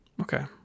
Okay